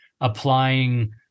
applying